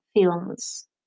films